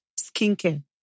skincare